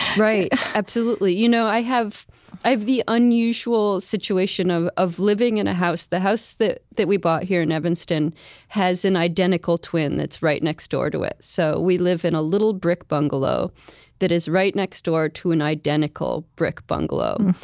right. absolutely. you know i have i have the unusual situation of of living in a house the house that we bought here in evanston has an identical twin that's right next door to it. so we live in a little brick bungalow that is right next door to an identical brick bungalow.